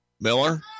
Miller